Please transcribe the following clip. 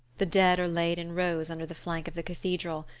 the dead are laid in rows under the flank of the cathedral,